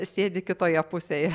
sėdi kitoje pusėje